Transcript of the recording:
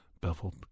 beveled